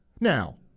now